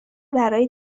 برای